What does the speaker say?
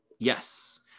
Yes